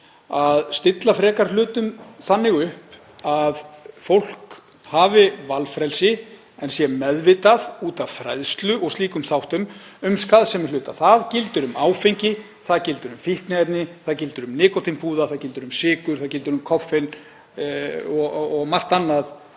að stilla hlutum frekar þannig upp að fólk hafi valfrelsi en sé meðvitað út af fræðslu og slíkum þáttum um skaðsemi hluta. Það gildir um áfengi, það gildir um fíkniefni, það gildir um nikótínpúða, það gildir um sykur, það gildir um koffín og margt annað,